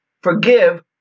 Forgive